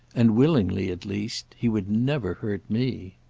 and willingly, at least he would never hurt me.